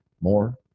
more